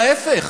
ההפך,